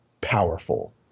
powerful